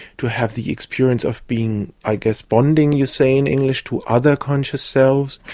to have the experience of being. i guess, bonding, you say in english, to other conscious selves.